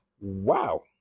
Wow